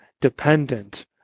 dependent